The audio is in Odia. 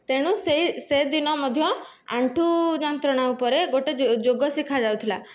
ତେଣୁ ସେହି ସେ ଦିନ ମଧ୍ୟ ଆଣ୍ଠୁ ଯନ୍ତ୍ରଣା ଉପରେ ଗୋଟିଏ ଯୋଯୋଗ ଶିଖା ଯାଉଥିଲା